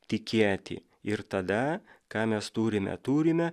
tikėti ir tada ką mes turime turime